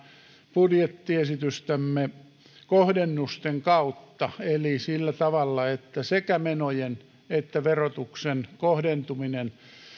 budjettiesitystämme kohdennusten kautta eli sillä tavalla että sekä menojen että verotuksen kohdentuminen